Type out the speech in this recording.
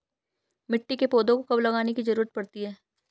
मिट्टी में पौधों को कब लगाने की ज़रूरत पड़ती है?